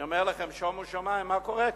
אני אומר לכם, שומו שמים, מה קורה כאן?